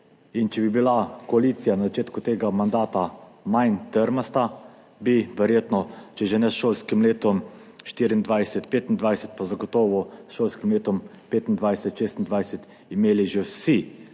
Če bi bila koalicija na začetku tega mandata manj trmasta, bi verjetno, če že ne s šolskim letom 2024/2025, pa zagotovo s šolskim letom 2025/2026, imeli že vsi